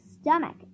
stomach